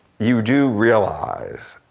you do realize